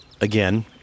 again